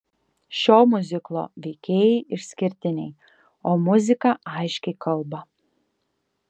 šio miuziklo veikėjai išskirtiniai o muzika aiškiai kalba